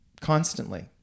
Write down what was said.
constantly